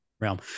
realm